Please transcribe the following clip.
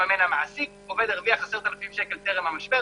עובד הרוויח 10,000 שקל טרם המשבר,